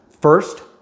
First